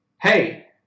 Hey